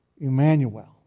Emmanuel